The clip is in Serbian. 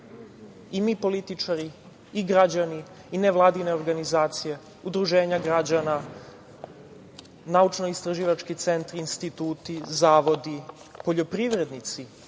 i mi političari, građani, nevladine organizacije, udruženja građana, naučnoistraživački centri, instituti, zavodi, poljoprivrednici,